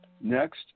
Next